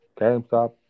GameStop